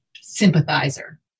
sympathizer